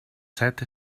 set